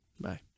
bye